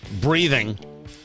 breathing